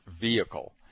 vehicle